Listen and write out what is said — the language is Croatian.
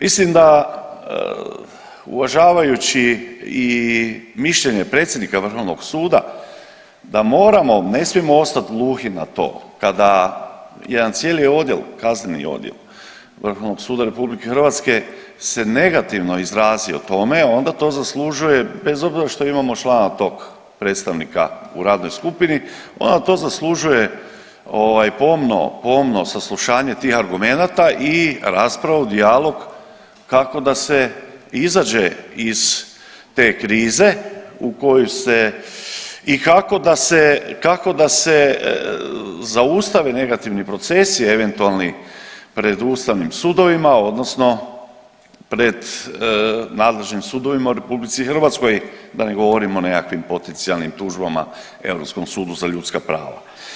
Mislim da uvažavajući i mišljenje predsjednika vrhovnog suda da moramo ne smijemo ostati gluhi na to kada jedan cijeli odjel, Kazneni odjel Vrhovnog suda RH se negativno izrazi o tome onda to zaslužuje bez obzira što imamo člana tog predstavnika u radnoj skupini onda to zaslužuje pomno, pomno saslušanje tih argumenata i raspravu, dijalog kako da se izađe iz te krize u koju se i kako da se zaustave negativni procesi eventualni pred ustavnim sudovima odnosno pred nadležnim sudovima u RH, da ne govorim o nekakvim potencijalnim tužbama Europskom sudu za ljudska prava.